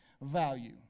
value